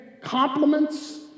compliments